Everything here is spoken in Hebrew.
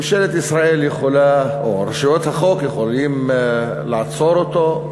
ממשלת ישראל או רשויות החוק יכולות לעצור אותו,